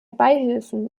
beihilfen